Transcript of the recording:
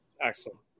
Excellent